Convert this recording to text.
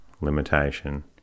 limitation